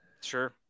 sure